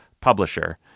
publisher